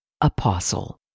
Apostle